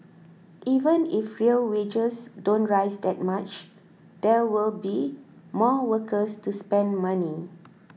even if real wages don't rise that much there will be more workers to spend money